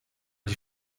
die